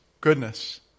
goodness